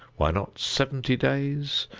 why not seventy days?